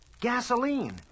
Gasoline